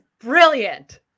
brilliant